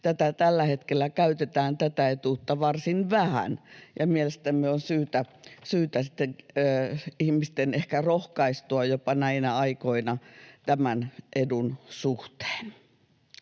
Tällä hetkellä tätä etuutta käytetään varsin vähän, ja mielestämme on syytä sitten ihmisten ehkä rohkaistua jopa näinä aikoina tämän edun suhteen.